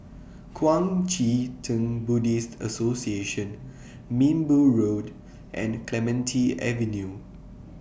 Kuang Chee Tng Buddhist Association Minbu Road and Clementi Avenue